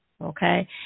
okay